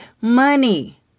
money